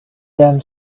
them